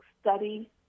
study